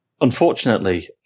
Unfortunately